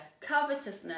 covetousness